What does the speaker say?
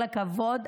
כל הכבוד.